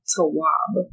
Tawab